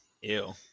ew